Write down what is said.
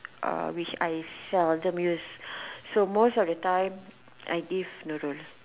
uh which I seldom use so most of the time I give no no no